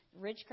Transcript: Ridgecrest